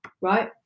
right